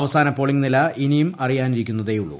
അവസാന പോളിംഗ് നില ഇനിയും അറിയാനിരിക്കുന്നതേയുള്ളൂ